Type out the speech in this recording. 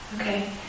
Okay